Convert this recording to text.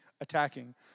attacking